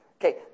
Okay